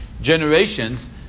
generations